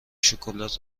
شکلات